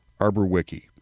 ArborWiki